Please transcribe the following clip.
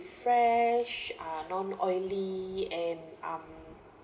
fresh uh non oily and um